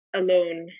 alone